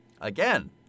Again